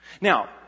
Now